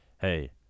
hey